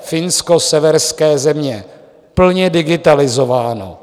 Finsko, severské země plně digitalizováno.